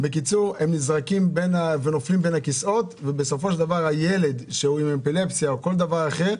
הם נופלים בין הכיסאות והילד עם אפילפסיה או כל דבר אחר,